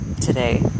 today